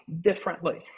differently